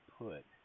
put